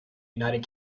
united